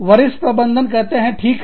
वरिष्ठ प्रबंधन कहते हैं ठीक है